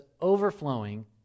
overflowing